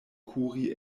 kuri